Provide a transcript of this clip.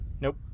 nope